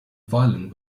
violin